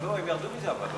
לא, אבל הם ירדו מזה.